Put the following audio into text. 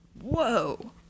Whoa